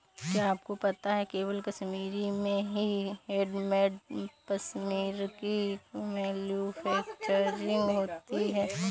क्या आपको पता है केवल कश्मीर में ही हैंडमेड पश्मीना की मैन्युफैक्चरिंग होती है